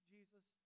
Jesus